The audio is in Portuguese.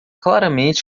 claramente